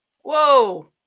Whoa